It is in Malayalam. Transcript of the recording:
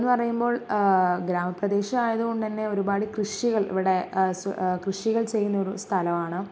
എന്നു പറയുമ്പോൾ ഗ്രാമ പ്രദേശം ആയതുകൊണ്ടുതന്നെ ഒരുപാട് കൃഷികൾ ഇവിടെ കൃഷികൾ ചെയ്യുന്നൊരു സ്ഥലമാണ്